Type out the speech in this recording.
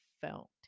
felt